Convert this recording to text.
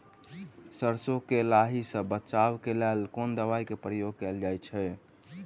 सैरसो केँ लाही सऽ बचाब केँ लेल केँ दवाई केँ प्रयोग कैल जाएँ छैय?